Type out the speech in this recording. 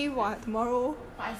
but I studying